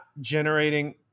generating –